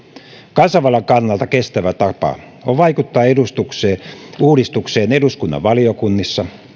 kansanvallan kannalta kestävä tapa on vaikuttaa uudistukseen uudistukseen eduskunnan valiokunnissa